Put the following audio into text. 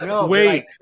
wait